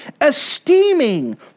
Esteeming